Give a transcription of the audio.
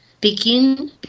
Begin